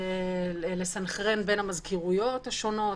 לסנכרן בין המזכירויות השונות,